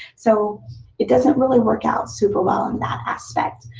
so it doesn't really work out super well in that aspect.